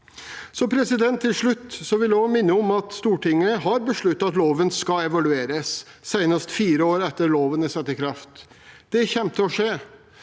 endringene. Jeg vil også minne om at Stortinget har besluttet at loven skal evalueres senest fire år etter at loven er satt i kraft. Det kommer til å skje.